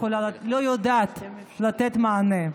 מערכת החינוך לא יכולה ולא יודעת לתת מענה.